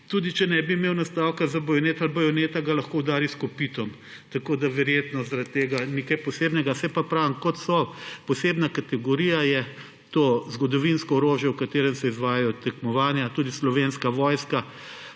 Tudi če ne bi imel nastavka za bajonet ali bajoneta, ga lahko udari s kopitom, tako da verjetno zaradi tega ni kaj posebnega. Kot posebna kategorija je to zgodovinsko orožje, s katerim se izvajajo tekmovanja. Tudi Slovenska vojska,